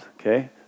okay